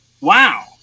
Wow